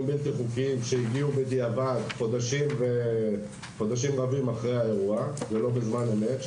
בלתי חוקיים שהגיעו בדיעבד חודשים רבים אחרי האירוע ולא בזמן אמת.